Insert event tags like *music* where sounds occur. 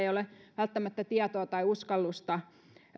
*unintelligible* ei ole välttämättä tietoa tai uskallusta